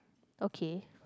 ok